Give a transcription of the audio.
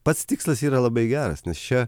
pats tikslas yra labai geras nes čia